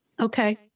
Okay